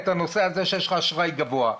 שיש לך אשראי גבוה.